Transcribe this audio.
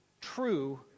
true